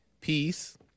peace